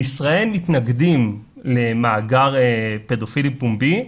בישראל מתנגדים למאגר פדופילים פומבי,